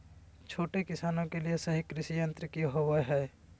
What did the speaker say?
छोटे किसानों के लिए सही कृषि यंत्र कि होवय हैय?